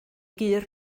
gur